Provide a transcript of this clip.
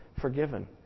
forgiven